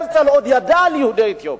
הרצל עוד ידע על יהודי אתיופיה.